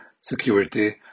security